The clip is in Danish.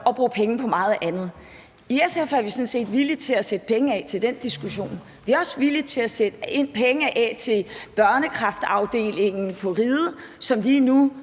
at bruge penge på meget andet. I SF er vi sådan set villige til at sætte penge af til den diskussion. Vi er også villige til at sætte penge af til børnekræftafdelingen på Riget, som lige nu